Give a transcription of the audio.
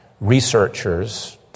researchers